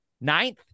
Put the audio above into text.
Ninth